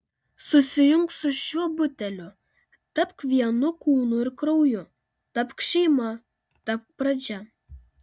susijunk su šiuo buteliu tapk vienu kūnu ir krauju tapk šeima tapk pradžia